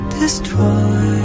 destroy